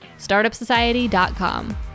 Startupsociety.com